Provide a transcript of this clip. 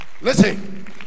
Listen